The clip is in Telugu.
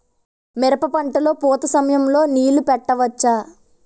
మిరప పంట లొ పూత సమయం లొ నీళ్ళు పెట్టవచ్చా?